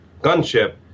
gunship